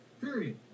Period